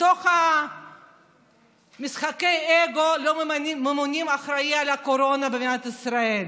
מתוך משחקי האגו לא ממנים אחראי על הקורונה במדינת ישראל.